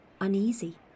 uneasy